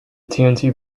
tnt